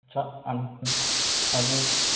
छ अनार पनि हजुर